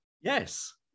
Yes